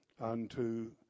unto